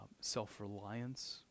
self-reliance